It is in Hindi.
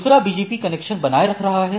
दूसरा BGP कनेक्शन बनाए रख रहा है